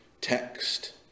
text